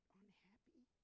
unhappy